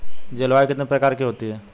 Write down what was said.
जलवायु कितने प्रकार की होती हैं?